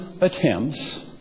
attempts